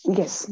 yes